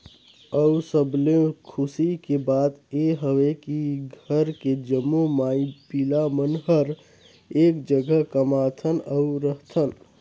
अउ सबले खुसी के बात ये हवे की घर के जम्मो माई पिला मन हर एक जघा कमाथन अउ रहथन